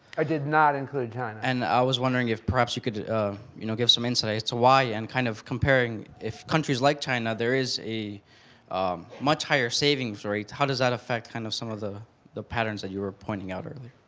i did not include china. and i was wondering if, you could you know give some insight as to why. and, kind of comparing, if countries like china, there is a much higher savings rate, how does that affect kind of some of the the patterns that you were pointing out earlier?